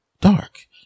dark